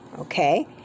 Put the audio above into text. Okay